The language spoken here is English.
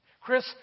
Chris